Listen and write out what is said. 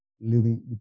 living